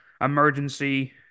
emergency